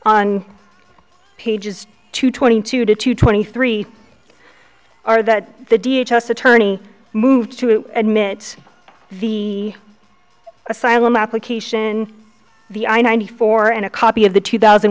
on pages two twenty two to twenty three are that the d h us attorney moved to admit the asylum application the i ninety four and a copy of the two thousand